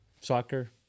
Soccer